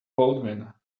baldwin